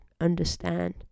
understand